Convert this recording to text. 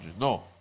no